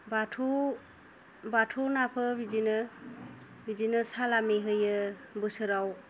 बाथौ बाथौनाबो बिदिनो बिदिनो सालामि होयो बोसोराव